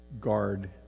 guard